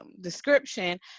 description